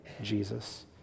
Jesus